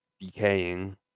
decaying